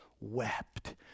wept